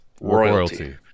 Royalty